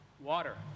water